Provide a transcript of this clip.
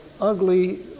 ugly